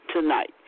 tonight